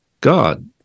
God